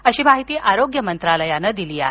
अशी माहिती आरोग्य मंत्रालयानं दिली आहे